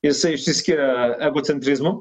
jisai išsiskiria egocentrizmu